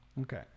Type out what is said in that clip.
Okay